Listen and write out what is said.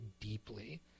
deeply